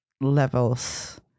levels